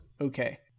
Okay